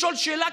לשאול שאלה,